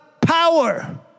power